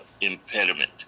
impediment